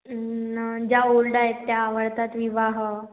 ज्या ओल्ड आहेत त्या आवडतात विवाह